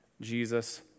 Jesus